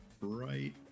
Right